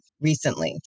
recently